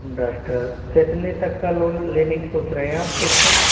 duster कितने तक का लोन लेने की सोच रहे हैं आप उसपे